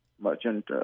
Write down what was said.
merchant